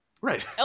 right